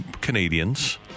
Canadians